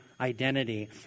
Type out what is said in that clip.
identity